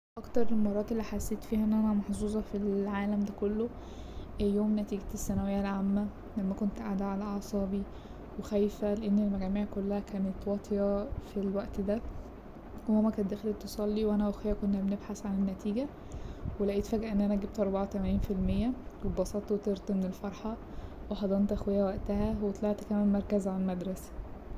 أكتر المرات اللي حسيت فيها إني محظوظة في العالم ده كله يوم نتيجة الثانوية العامة لما كنت قاعدة على اعصابي وخايفة لأن المجاميع كلها كانت واطية في الوقت ده وماما كانت دخلت تصلي وأنا واخويا كنا بنبحث عن النتيجة ولقيت فجأة إن أنا جبت أربعة وتمانين في الميه واتبسطت وطرت من الفرحة وحضنت أخويا وقتها وطلعت كمان مركز على المدرسة.